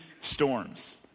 storms